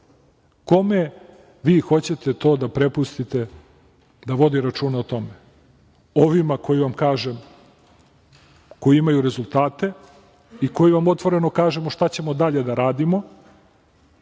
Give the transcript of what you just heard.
Kome vi hoćete to da prepustite da vodi računa o tome. Ovima koji vam kažem, imaju rezultate i koji vam otvoreno kažemo šta ćemo dalje da radimo